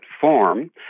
form